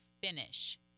finish